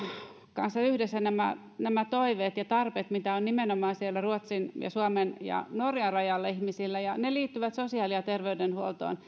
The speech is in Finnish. kanssa nämä nämä toiveet ja tarpeet mitä on nimenomaan siellä ruotsin suomen ja norjan rajalla ihmisillä ja ne liittyvät sosiaali ja terveydenhuoltoon